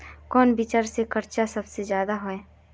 कौन बिचन के चर्चा सबसे ज्यादा है?